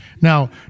Now